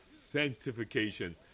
sanctification